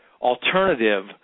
alternative